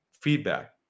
feedback